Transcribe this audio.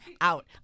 out